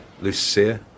Lucia